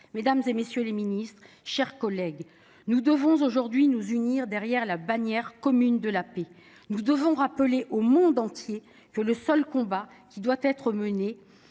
ministre, messieurs les ministres, mes chers collègues, nous devons aujourd’hui nous unir derrière la barrière commune de la paix. Nous devons rappeler au monde entier que le seul combat qui doit être mené